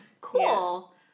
Cool